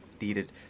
needed